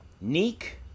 Neek